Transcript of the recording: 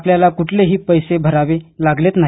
आपल्याला क्रळलेही पैसे भरावे लागले नाही